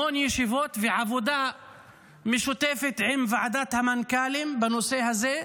המון ישיבות ועבודה משותפת עם ועדת המנכ"לים בנושא הזה,